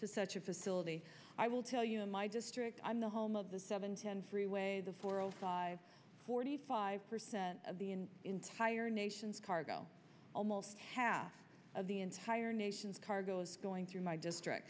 to such a facility i will tell you in my district i'm the home of the seven ten freeway the four zero five forty five percent of the and entire nations cargo almost half of the entire nation's cargo is going through my district